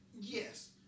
Yes